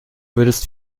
würdest